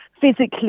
physically